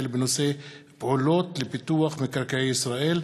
בנושא: פעולות לפיתוח מקרקעי ישראל.